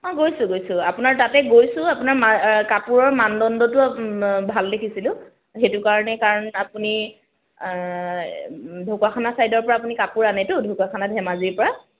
অঁ গৈছোঁ গৈছোঁ আপোনাৰ তাতে গৈছোঁও আপোনাৰ কাপোৰৰ মানদণ্ডটোও ভাল দেখিছিলোঁ সেইটো কাৰণে কাৰণ আপুনি ঢকুৱাখানা চাইডৰপৰা আপুনি কাপোৰ আনেতো ঢকুৱাখানা ধেমাজিৰপৰা